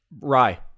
rye